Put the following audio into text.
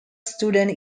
students